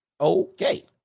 Okay